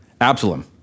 Absalom